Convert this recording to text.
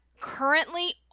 currently